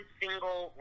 single